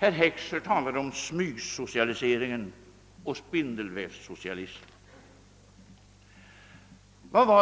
Gunnar Heckscher talade om smygsocialisering och spindelvävssocialism.